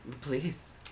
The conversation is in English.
please